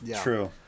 True